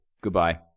Goodbye